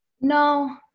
no